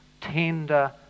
tender